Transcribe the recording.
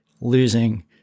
losing